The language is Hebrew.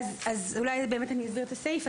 אולי באמת אני אסביר את הסעיף.